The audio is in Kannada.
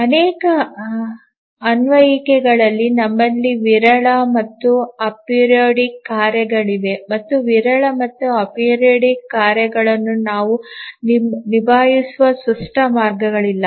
ಅನೇಕ ಅನ್ವಯಿಕೆಗಳಲ್ಲಿ ನಮ್ಮಲ್ಲಿ ವಿರಳ ಮತ್ತು ಅಪೆರಿಯೊಡಿಕ್ ಕಾರ್ಯಗಳಿವೆ ಮತ್ತು ವಿರಳ ಮತ್ತು ಅಪೀರಿಯೋಡಿಕ್ ಕಾರ್ಯಗಳನ್ನು ನಾವು ನಿಭಾಯಿಸುವ ಸ್ಪಷ್ಟ ಮಾರ್ಗಗಳಿಲ್ಲ